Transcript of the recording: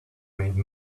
made